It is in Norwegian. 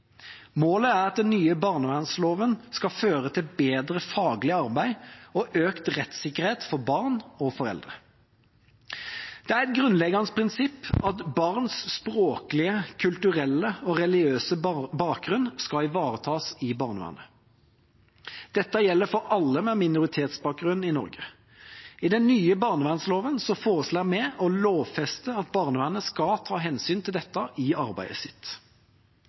Målet er at den nye barnevernsloven skal føre til bedre faglig arbeid og økt rettssikkerhet for barn og foreldre. Det er et grunnleggende prinsipp at barns språklige, kulturelle og religiøse bakgrunn skal ivaretas i barnevernet. Dette gjelder for alle med minoritetsbakgrunn i Norge. I den nye barnevernsloven foreslår vi å lovfeste at barnevernet skal ta hensyn til dette i arbeidet sitt.